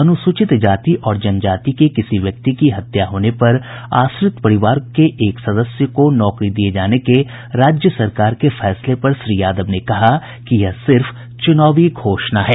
अनुसूचित जाति और जनजाति के किसी व्यक्ति की हत्या होने पर आश्रित परिवार के एक सदस्य को नौकरी दिये जाने के राज्य सरकार के फैसले पर श्री यादव ने कहा कि यह सिर्फ चुनावी घोषणा है